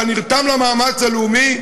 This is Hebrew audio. אתה נרתם למאמץ הלאומי,